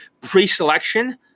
pre-selection